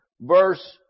verse